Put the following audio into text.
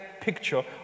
picture